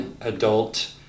adult